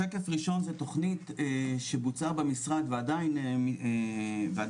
שקף ראשון זו תכנית שבוצעה במשרד ועדיין ממשיכה,